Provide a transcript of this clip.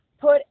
put